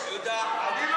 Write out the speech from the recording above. תנו לו